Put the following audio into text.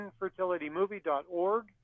infertilitymovie.org